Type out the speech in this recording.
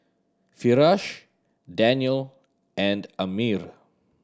Firash Daniel and Ammir